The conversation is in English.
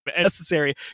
necessary